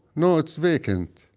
no, it's vacant.